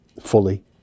fully